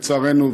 לצערנו,